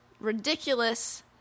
ridiculous